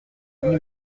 lui